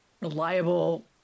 reliable